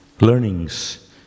learnings